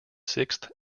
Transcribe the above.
sixth